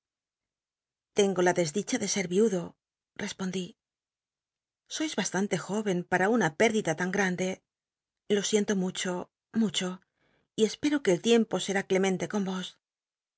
tengo la desdicha de ser viudo respond í sois bastante jóvcn para una pérdid a tan grandc lo siento mucho mucho y cspcro que el tiempo se clemente con vos